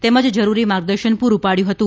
તેમજ જરૂરી માર્ગદર્શન પૂરું પડ્યું હતું